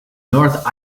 north